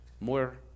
more